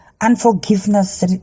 unforgiveness